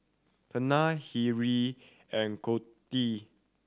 Tania Hillery and Codi